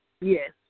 Yes